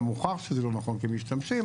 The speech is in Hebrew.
גם הוכח שזה לא נכון כי משתמשים,